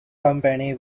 company